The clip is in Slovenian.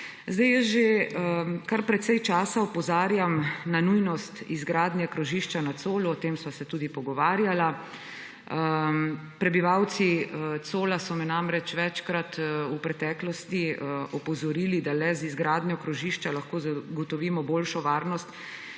Jaz že kar precej časa opozarjam na nujnost izgradnje krožišča na Colu. O tem sva se tudi pogovarjala. Prebivalci Cola so me namreč večkrat v preteklosti opozorili, da lahko le z izgradnjo krožišča zagotovimo boljšo varnost